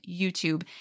YouTube